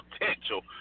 potential